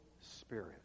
Spirit